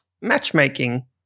matchmaking